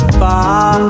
far